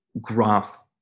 graph